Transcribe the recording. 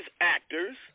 actors